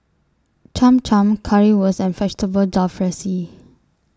Cham Cham Currywurst and Vegetable Jalfrezi